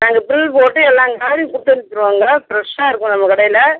நாங்கள் பில் போட்டு எல்லா காய்கறியும் கொடுத்து அனுப்பிடுவோங்க ஃப்ரெஷ்ஷா க இருக்கும் நம்ம கடையில்